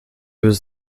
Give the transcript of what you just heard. was